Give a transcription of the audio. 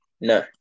No